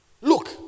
Look